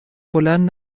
بلند